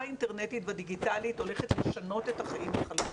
האינטרנטית והדיגיטלית הולכת לשנות את החיים לחלוטין,